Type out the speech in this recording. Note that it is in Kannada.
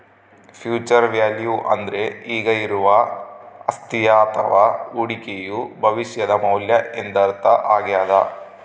ಫ್ಯೂಚರ್ ವ್ಯಾಲ್ಯೂ ಅಂದ್ರೆ ಈಗ ಇರುವ ಅಸ್ತಿಯ ಅಥವ ಹೂಡಿಕೆಯು ಭವಿಷ್ಯದ ಮೌಲ್ಯ ಎಂದರ್ಥ ಆಗ್ಯಾದ